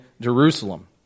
Jerusalem